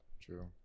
true